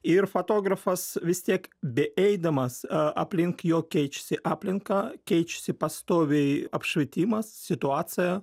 ir fotografas vis tiek beeidamas aplink jo keičiasi aplinka keičiasi pastoviai apšvietimas situacija